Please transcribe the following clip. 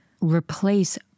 Replace